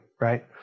Right